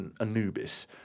Anubis